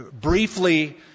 briefly